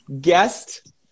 guest